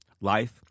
life